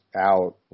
out